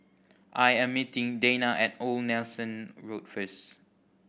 I am meeting Dayna at Old Nelson Road first